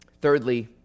Thirdly